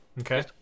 Okay